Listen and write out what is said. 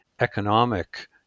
economic